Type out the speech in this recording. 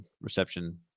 reception